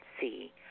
see